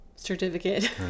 certificate